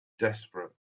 desperate